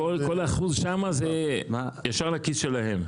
כל 1% שם זה ישר לכיס שלהם.